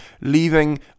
leaving